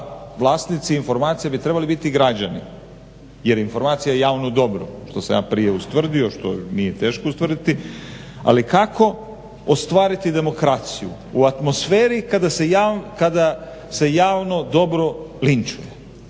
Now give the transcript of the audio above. da vlasnici informacija bi trebali biti građani jer informacija je javno dobro, što sam ja prije ustvrdio, što nije teško ustvrditi, ali kako ostvariti demokraciju u atmosferi kada se javno dobro linčuje,